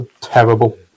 terrible